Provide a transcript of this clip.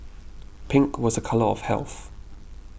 pink was a colour of health